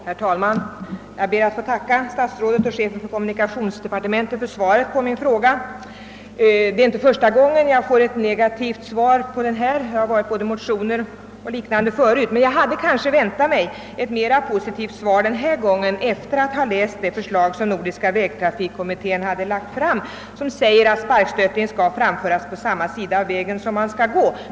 Herr talman! Jag ber att få tacka statsrådet och chefen för kommunikationsdepartementet för svaret på min fråga. Det är inte första gången jag får ett negativt svar på en fråga i detta ämne — det har jag fått förut när jag aktualiserat ärendet i motioner och på annat sätt. Men jag hade väntat mig ett mera positivt svar denna gång efter att ha läst det förslag, som Nordisk vägtrafikkommitté lagt fram och som går ut på att sparkstötting skall framföras på samma sida av vägen som den där man skall gå.